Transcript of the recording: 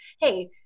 hey